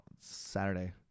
Saturday